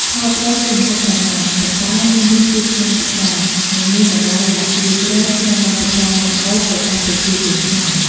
ខត្រីជាម្ហូបសាមញ្ញ ប៉ុន្តែមានរសជាតិឆ្ងាញ់ពិសា និងមានតម្លៃយ៉ាងជ្រាលជ្រៅក្នុងវប្បធម៌មុខម្ហូបរបស់ប្រជាជនខ្មែរ។